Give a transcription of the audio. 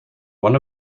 one